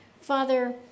Father